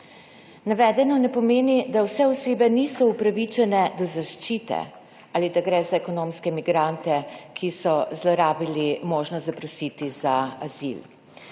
Navedeno ne pomeni, da vse osebe niso upravičene do zaščite ali da gre za ekonomske migrante, ki so zlorabili možnost zaprositi za azil.